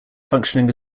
functioning